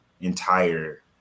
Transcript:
entire